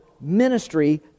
Ministry